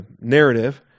narrative